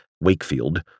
Wakefield